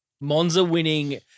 Monza-winning